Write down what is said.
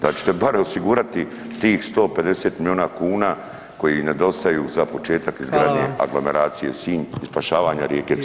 Da ćete barem osigurati tih 150 milijuna kuna koji nedostaju za početak izgradnje [[Upadica: Hvala vam.]] aglomeracije Sinj i spašavanja rijeke Cetine.